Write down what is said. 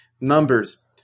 numbers